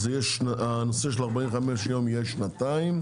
שהנושא של 45 יום יהיה שנתיים,